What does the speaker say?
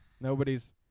Nobody's